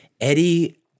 Eddie